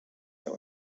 der